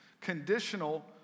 Conditional